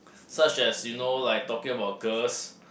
such as you know like talking about girls